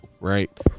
right